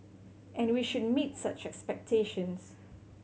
and we should meet such expectations